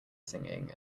singing